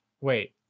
Wait